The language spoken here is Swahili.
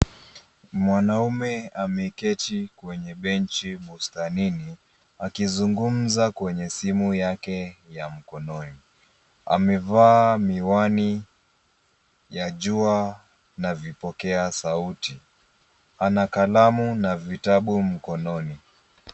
Mwanamme ameketi kwenye[cs ] benchi [cs ] bustani akizungumza kwenye simu yake ya mkononi. Amevaa miwani yake ya jua na vipokea sauti. Anakalamu na vitabu mkononi.